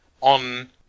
on